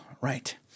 right